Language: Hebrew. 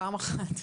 פעם אחת.